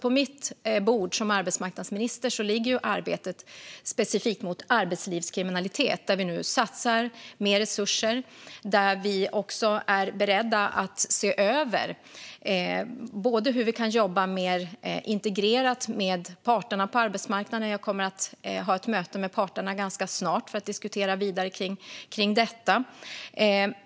På mitt bord som arbetsmarknadsminister ligger specifikt arbetet mot arbetslivskriminalitet, där vi nu satsar mer resurser. Vi är beredda att se över hur vi kan jobba mer integrerat med parterna på arbetsmarknaden. Jag kommer ganska snart att ha ett möte med parterna för att diskutera vidare kring detta.